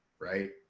right